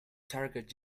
target